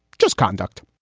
just conduct